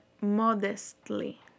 modestly